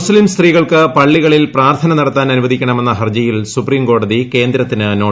മൂസ്ലീം സ്ത്രീകൾക്ക് പള്ളികളിൽ പ്രാർത്ഥന നടത്താൻ അനുവദിക്കണമെന്ന ഹർജിയിൽ സൂപ്രീം കോടതി കേന്ദ്രത്തിന് നോട്ടീസയച്ചു